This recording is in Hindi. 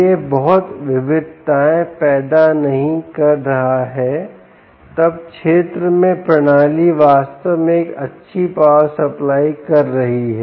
यह बहुत विविधताएं पैदा नहीं कर रहा है तब क्षेत्र में प्रणाली वास्तव में एक अच्छी पावर सप्लाई कर रही है